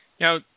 Now